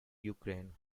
ukraine